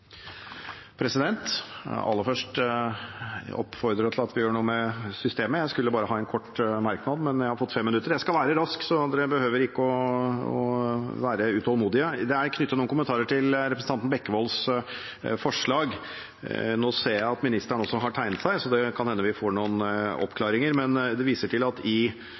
aller først oppfordre til at vi gjør noe med systemet – jeg skulle bare ha en kort merknad, men jeg har fått fem minutter. Jeg skal være rask, så dere behøver ikke være utålmodige. Jeg vil knytte noen kommentarer til representanten Bekkevolds forslag. – Nå ser jeg at ministeren også har tegnet seg, så det kan hende vi får noen oppklaringer. Men jeg viser til at det i